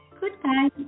Goodbye